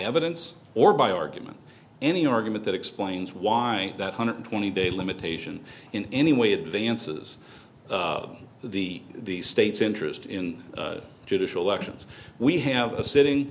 evidence or by argument any argument that explains why that hundred twenty day limitation in any way advances the the state's interest in judicial actions we have a sitting